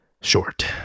short